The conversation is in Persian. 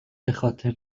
بخاطر